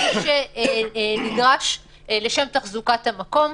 שבהם ההגעה לעבודה נדרשת לשם תחזוקת המקום,